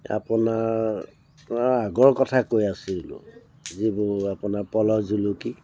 আপোনাৰ আপোনাৰ আগৰ কথা কৈ আছিলোঁ যিবোৰ আপোনাৰ প'ল' জুলুকি